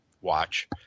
watch